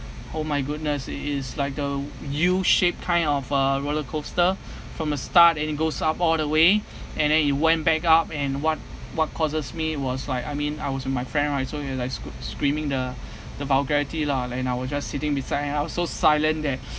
oh my goodness it is like the u shape kind of a roller coaster from the start and it goes up all the way and then it went back up and what what causes me was like I mean I was with my friend right so you like sc~ screaming the the vulgarity lah and I were just sitting beside and I was so silent that